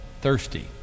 thirsty